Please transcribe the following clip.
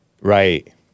right